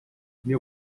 meu